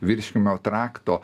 virškinimo trakto